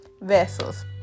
vessels